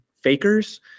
fakers